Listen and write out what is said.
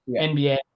NBA